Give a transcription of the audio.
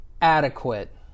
Adequate